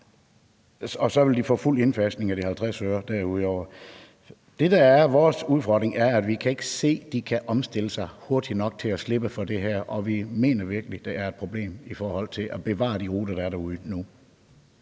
og så vil de få fuld indfasning af de 50 øre derudover. Det, der er vores udfordring, er, at vi ikke kan se, at de kan omstille sig hurtigt nok til at slippe for det her, og vi mener virkelig, at der er et problem i forhold til at bevare de ruter, der er derude nu.